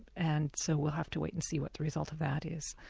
and so we'll have to wait and see what the result of that is.